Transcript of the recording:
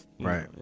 Right